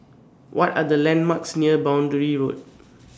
What Are The landmarks near Boundary Road